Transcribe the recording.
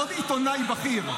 עוד עיתונאי בכיר,